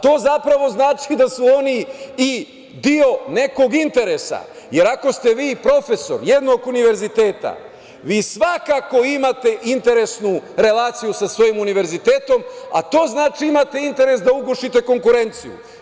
To zapravo znači da su oni deo nekog interesa, jer ako ste vi profesor jednog univerziteta, vi svakako imate interesnu relaciju sa svojim univerzitetom, a to znači da imate interes da ugušite konkurenciju.